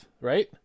right